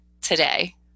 today